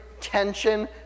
tension